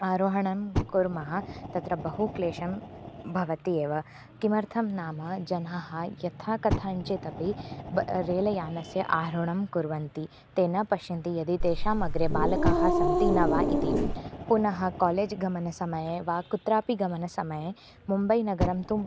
आरोहणं कुर्मः तत्र बहु क्लेशं भवति एव किमर्थं नाम जनाः यथा कथञ्चित् अपि ब रेल्यानस्य आरोहणं कुर्वन्ति तेन पश्यन्ति यदि तेषाम् अग्रे बालकाः सन्ति न वा इति पुनः कोलेज् गमनसमये वा कुत्रापि गमनसमये मुम्बैनगरं तु